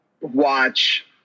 watch